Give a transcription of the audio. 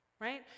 right